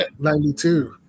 92